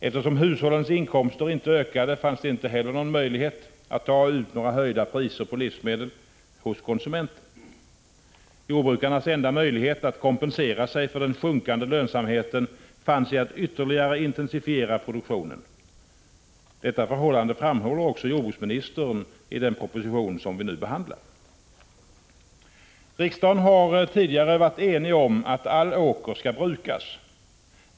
Eftersom hushållens inkomster inte ökade, fanns det inte heller någon möjlighet att ta ut några höjda priser på livsmedel hos konsumenten. Jordbrukarnas enda möjlighet att kompensera sig för den sjunkande lönsamheten fanns i att ytterligare intensifiera produktionen. Detta förhål 115 lande framhåller också jordbruksministern i den proposition som vi nu behandlar. Riksdagen har tidigare varit enig om att all åker skall brukas.